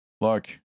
Look